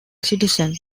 citizen